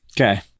Okay